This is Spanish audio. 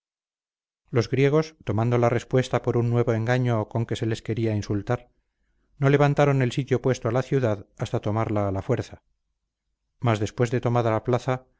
los griegos tomando la respuesta por un nuevo engaño con que se les quería insultar no levantaron el sitio puesto a la ciudad hasta tomarla a a fuerza mas después de tomada la plaza